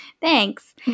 Thanks